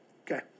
Okay